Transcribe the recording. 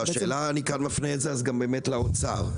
השאלה אני גם אפנה את זה באמת לאוצר,